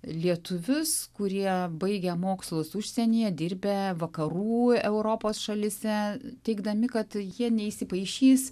lietuvius kurie baigę mokslus užsienyje dirbę vakarų europos šalyse teigdami kad jie neįsipaišys